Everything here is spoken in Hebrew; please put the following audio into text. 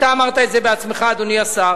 אתה אמרת את זה בעצמך, אדוני השר.